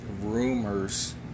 rumors